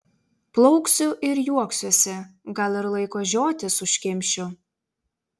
plauksiu ir juoksiuosi gal ir laiko žiotis užkimšiu